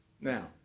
Now